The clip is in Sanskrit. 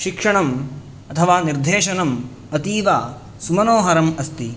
शिक्षणम् अथवा निर्देशनम् अतीवसुमनोहरम् अस्ति